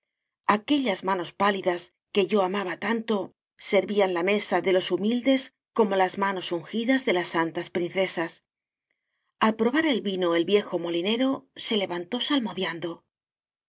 aquellas manos pálidas que yo amaba tanto servían la mesa de los humildes como las manos ungidas de las santas princesas al probar el vino el viejo molinero se levantó